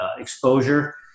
exposure